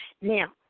Now